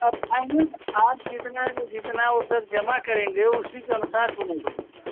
अब फाइनल आप जितना जितना वो सब जमा करेंगे उसी के अनुसार बनेगा उनका